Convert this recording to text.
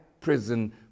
prison